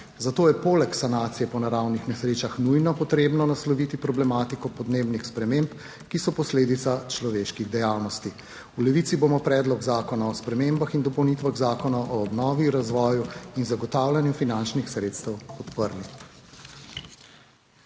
zato je poleg sanacije po naravnih nesrečah nujno potrebno nasloviti problematiko podnebnih sprememb, ki so posledica človeških dejavnosti. V Levici bomo Predlog zakona o spremembah in dopolnitvah Zakona o obnovi, razvoju in zagotavljanju finančnih sredstev podprli.